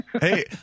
Hey